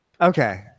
Okay